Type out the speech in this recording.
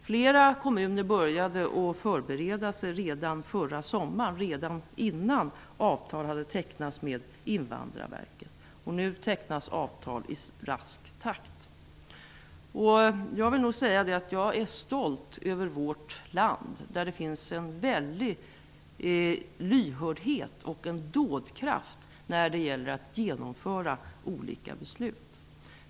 Flera kommuner började att förbereda sig redan förra sommaren innan avtal hade tecknats med Invandrarverket. Nu tecknas avtal i rask takt. Jag är stolt över vårt land. Det finns en väldig lyhördhet och dådkraft när det gäller att genomföra olika beslut.